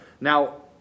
Now